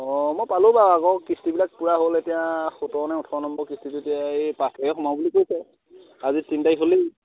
অ মই পালোঁ বাৰু আগৰ কিস্তিবিলাক পূৰা হ'ল এতিয়া সোতৰনে ওঠৰ নম্বৰ কিস্তিটো এতিয়া এই পাঁচ তাৰিখে সোমাব বুলি কৈছে আজি তিনি তাৰিখ হ'লেই